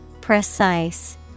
Precise